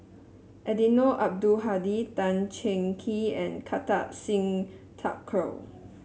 Eddino Abdul Hadi Tan Cheng Kee and Kartar Singh Thakral